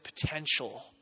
potential